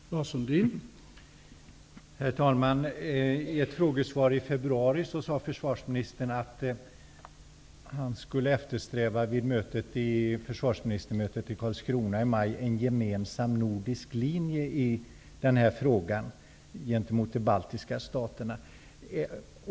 Herr talman! I ett frågesvar i februari sade försvarsministern att han vid försvarsministermötet i Karlskrona i maj skulle eftersträva en gemensam nordisk linje i denna fråga gentemot de baltiska staterna.